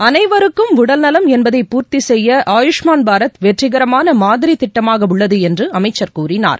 அனைவருக்கும் உடல்நலம் என்பதை பூர்த்தி செய்ய ஆயுஷ்மான் பாரத் வெற்றிகரமான மாதிரி திட்டமாக உள்ளது என்று அமைச்சர் கூறினார்